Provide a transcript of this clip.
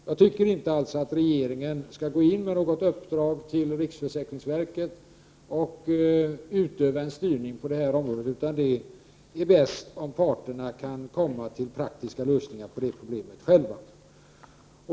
Jag tycker alltså inte att regeringen skall gå in med ett uppdrag till riksförsäkringsverket och utöva styrning på detta område, utan det bästa är om parterna själva kan komma till en praktisk lösning.